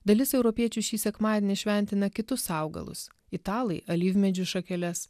dalis europiečių šį sekmadienį šventina kitus augalus italai alyvmedžių šakeles